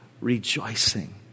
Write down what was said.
rejoicing